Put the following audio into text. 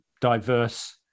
diverse